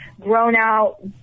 grown-out